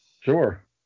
Sure